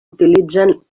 utilitzen